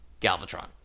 Galvatron